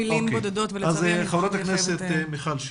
חברת הכנסת מיכל שיר.